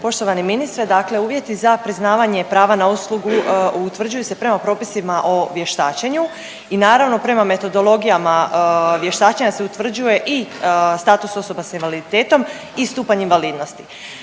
Poštovani ministre, dakle uvjeti za priznavanje i prava na uslugu utvrđuju se prema propisima o vještačenju i naravno prema metodologijama vještačenja se utvrđuje i status osoba s invaliditetom i stupanj invalidnosti.